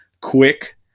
quick